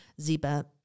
Ziba